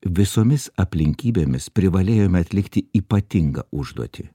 visomis aplinkybėmis privalėjome atlikti ypatingą užduotį